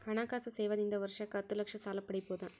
ಹಣಕಾಸು ಸೇವಾ ದಿಂದ ವರ್ಷಕ್ಕ ಹತ್ತ ಲಕ್ಷ ಸಾಲ ಪಡಿಬೋದ?